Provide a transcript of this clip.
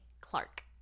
Clark